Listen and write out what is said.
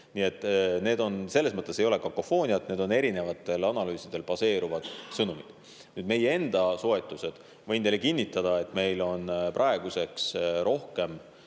perioodi. Selles mõttes ei ole kakofooniat, need on eri analüüsidel baseeruvad sõnumid. Nüüd meie enda soetused. Võin teile kinnitada, et Eestis on praegu rohkem